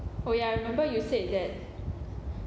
oh ya I remember you said that